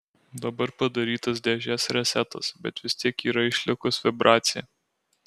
dabar padarytas dėžės resetas bet vis tiek yra išlikus vibracija